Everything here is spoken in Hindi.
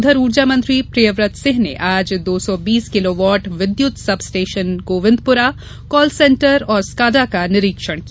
उधर ऊर्जा मंत्री प्रियव्रत सिंह ने आज दो सौ बीस किलोवाट विद्युत सब स्टेशन गोविंदपुरा कालसेण्टर और स्काडा का निरीक्षण किया